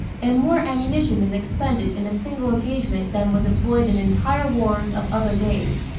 and more ammunition is expended in a single engagement than was employed in entire wars of other days,